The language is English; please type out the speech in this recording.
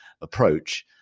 approach